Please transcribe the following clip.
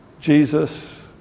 Jesus